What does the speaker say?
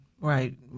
right